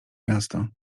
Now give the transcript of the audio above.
miasto